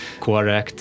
correct